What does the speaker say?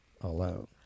alone